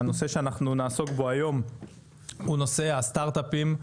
הנושא שאנחנו נעסוק בו היום הוא נושא הסטארט-אפים,